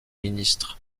ministres